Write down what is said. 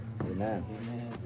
Amen